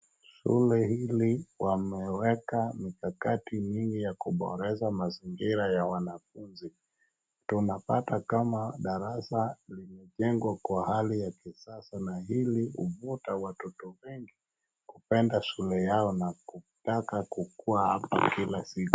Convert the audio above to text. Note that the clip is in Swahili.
Shule hili wameweka mikakakati mingi ya kuboresha mazingira ya wanafunzi. Tunapata kama darasa limejengwa kwa hali ya kisasa na hili huvuta watoto wengi kupenda shule yao na kutaka kukuwa hapa kila siku.